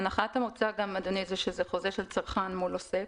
הנחת המוצא, אדוני, היא שזה חוזה של צרכן מול עוסק